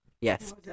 Yes